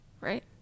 right